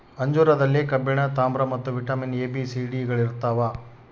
ಅಂಜೂರದಲ್ಲಿ ಕಬ್ಬಿಣ ತಾಮ್ರ ಮತ್ತು vitamin A B C D ಗಳಿರ್ತಾವ